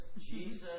Jesus